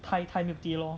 thai thai milk tea lor